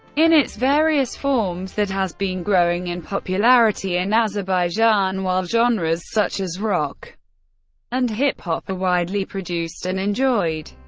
in its various forms, that has been growing in popularity in azerbaijan, while genres such as rock and hip hop are widely produced and enjoyed.